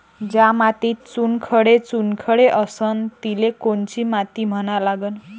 ज्या मातीत चुनखडे चुनखडे असन तिले कोनची माती म्हना लागन?